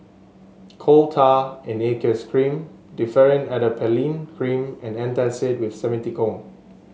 Coal Tar in Aqueous Cream Differin Adapalene Cream and Antacid with Simethicone